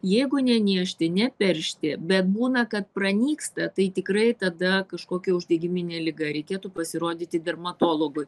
jeigu ne niežti ne peršti bet būna kad pranyksta tai tikrai tada kažkokia uždegiminė liga reikėtų pasirodyti dermatologui